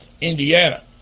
Indiana